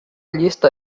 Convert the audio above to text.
lista